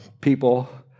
people